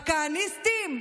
הכהניסטים?